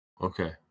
Okay